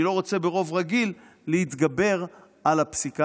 אני לא רוצה ברוב רגיל להתגבר על הפסיקה